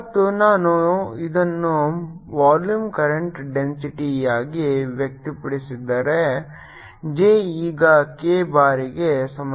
ಮತ್ತು ನಾನು ಇದನ್ನು ವಾಲ್ಯೂಮ್ ಕರೆಂಟ್ ಡೆನ್ಸಿಟಿಯಾಗಿ ವ್ಯಕ್ತಪಡಿಸಿದರೆ j ಈಗ k ಬಾರಿಗೆ ಸಮನಾಗಿರುತ್ತದೆ